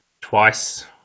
twice